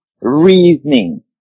Reasoning